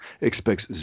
expects